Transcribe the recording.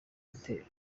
igitero